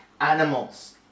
animals